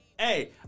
Hey